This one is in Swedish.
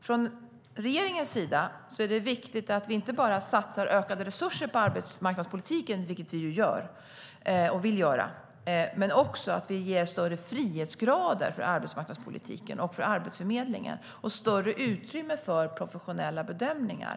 Från regeringens sida är det viktigt att vi inte bara satsar ökade resurser på arbetsmarknadspolitiken - vilket vi ju gör och vill göra - utan att vi också ger arbetsmarknadspolitiken och Arbetsförmedlingen större frihet och större utrymme för professionella bedömningar.